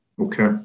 Okay